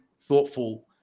thoughtful